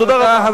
תודה רבה.